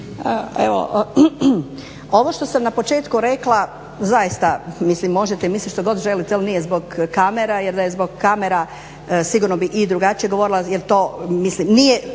Evo, ovo što sam na početku rekla zaista, mislim možete misliti što god želite, ali nije zbog kamera. Jer da je zbog kamera sigurno bi i drugačije govorila, jer to mislim, meni